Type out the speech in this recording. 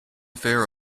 fair